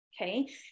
okay